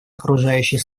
окружающей